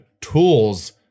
tools